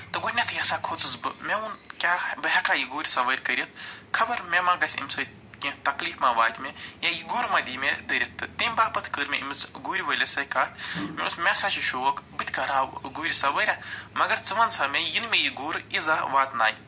تہٕ گۄڈٕنٮ۪تھٕے ہسا کھوٗژُس بہٕ مےٚ ووٚن کیٛاہ بہٕ ہٮ۪کا یہِ گُرۍ سَوٲرۍ کٔرِتھ خبر مےٚ ما گژھِ اَمہِ سۭتۍ کیٚنہہ تکلیٖف ما واتہِ مےٚ یا یہِ گُر ما دی مےٚ دٲرِتھ تہٕ تَمہِ باپَتھ کٔر مےٚ أمِس گُرۍ وٲلِس سۭتۍ کَتھ مےٚ ووٚنُس مےٚ ہسا چھِ شوق بہٕ تہِ کَرٕہہ گُرۍ سوٲریا مگر ژٕ وَن سا مےٚ یِنہٕ مےٚ یہِ گُر اِزا واتنایہِ